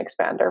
expander